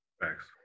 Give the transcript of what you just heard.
Thanks